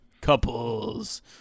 couples